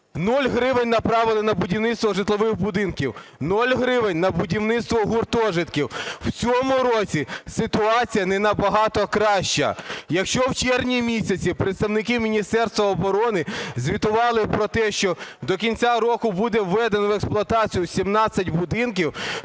гривень направили на будівництво житлових будинків, нуль гривень на будівництво гуртожитків. В цьому році ситуація не набагато краща. Якщо у червні місяці представники Міністерства оборони звітували про те, що до кінця року буде введено в експлуатацію 17 будинків,